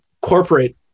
Corporate